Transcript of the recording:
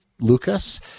Lucas